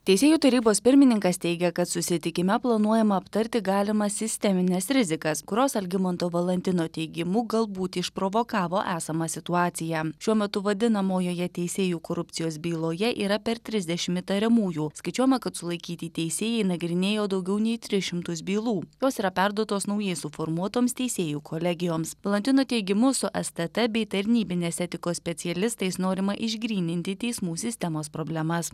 teisėjų tarybos pirmininkas teigia kad susitikime planuojama aptarti galimas sistemines rizikas kurios algimanto valantino teigimu galbūt išprovokavo esamą situaciją šiuo metu vadinamojoje teisėjų korupcijos byloje yra per trisdešimt įtariamųjų skaičiuojama kad sulaikyti teisėjai nagrinėjo daugiau nei tris šimtus bylų jos yra perduotos naujai suformuotoms teisėjų kolegijoms valantino teigimu su stt bei tarnybinės etikos specialistais norima išgryninti teismų sistemos problemas